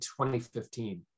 2015